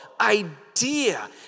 idea